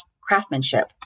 craftsmanship